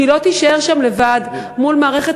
שהיא לא תישאר שם לבד מול מערכת